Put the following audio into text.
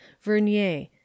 Vernier